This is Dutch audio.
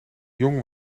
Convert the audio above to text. jong